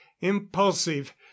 impulsive